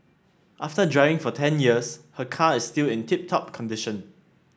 after driving for ten years her car is still in tip top condition